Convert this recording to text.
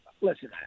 listen